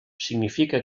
significa